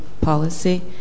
Policy